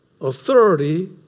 Authority